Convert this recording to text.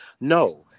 No